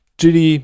czyli